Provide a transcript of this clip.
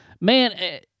man